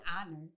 honor